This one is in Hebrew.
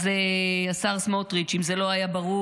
אז השר סמוטריץ', אם זה לא היה ברור,